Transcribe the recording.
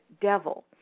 Devil